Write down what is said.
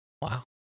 Wow